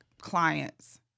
clients